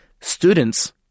students